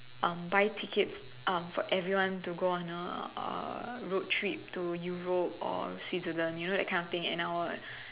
um buy tickets um for everyone to go on a uh road trip to Europe or Switzerland you know that kind of thing and I would